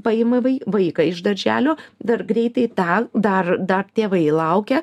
paima vai vaiką iš darželio dar greitai tą dar dar tėvai laukia